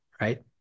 right